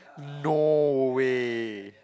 no way